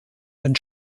den